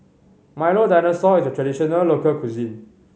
Milo Dinosaur is a traditional local cuisine